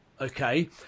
okay